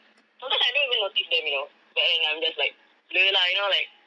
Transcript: sometimes I don't even notice them you know when I'm just like blur lah you know like